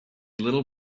little